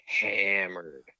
hammered